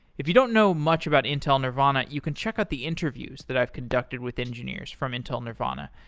if you don't know much about intel nervana, you can check out the interviews that i've conducted with engineers from intel nervana,